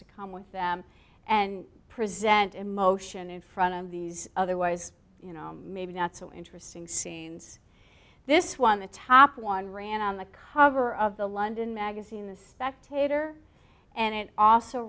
to come with them and present emotion in front of these otherwise you know maybe not so interesting scenes this one the top one ran on the cover of the london magazine the spectator and it also